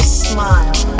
smile